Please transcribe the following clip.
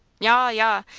yah! yah!